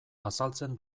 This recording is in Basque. azaltzen